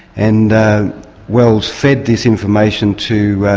and wells fed this information to